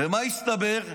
ומה הסתבר?